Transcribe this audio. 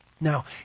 Now